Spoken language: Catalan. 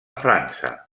frança